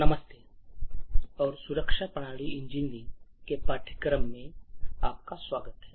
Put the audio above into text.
नमस्ते और सुरक्षित प्रणाली इंजीनियरिंग के पाठ्यक्रम में आपका स्वागत है